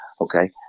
okay